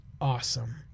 awesome